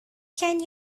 can